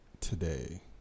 today